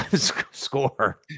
Score